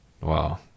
Wow